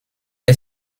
est